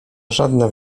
żadne